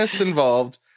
involved